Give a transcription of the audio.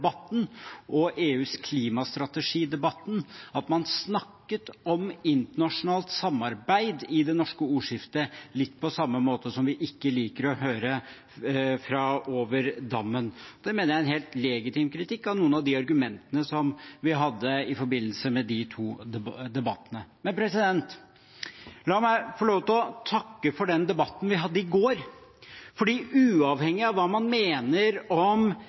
og debatten om EUs klimastrategi at man snakket om internasjonalt samarbeid i det norske ordskiftet litt på den samme måten som vi ikke liker å høre fra over dammen. Det mener jeg er en helt legitim kritikk av noen av de argumentene som vi fikk i forbindelse med de to debattene. Men la meg få lov til å takke for den debatten vi hadde i går. For uavhengig av hva man mener om